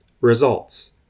Results